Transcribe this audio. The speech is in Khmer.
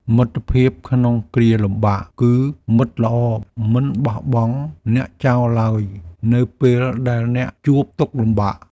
មិត្តភាពក្នុងគ្រាលំបាក គឺមិត្តល្អមិនបោះបង់អ្នកចោលឡើយ នៅពេលដែលអ្នកជួបទុក្ខលំបាក។